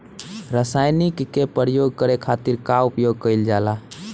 रसायनिक के प्रयोग करे खातिर का उपयोग कईल जाला?